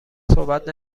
صحبت